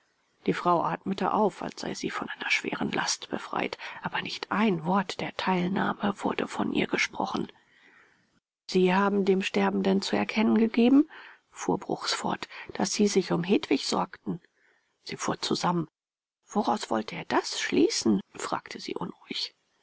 die frau atmete auf als sei sie von einer schweren last befreit aber nicht ein wort der teilnahme wurde von ihr gesprochen sie haben dem sterbenden zu erkennen gegeben fuhr bruchs fort daß sie sich um hedwig sorgten sie fuhr zusammen woraus wollte er das schließen fragte sie unruhig